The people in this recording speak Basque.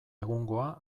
egungoa